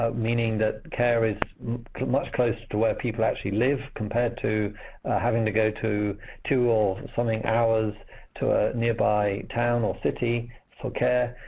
ah meaning that care is much closer to where people actually live, compared to having to go to two or something hours to a nearby town or city for so care,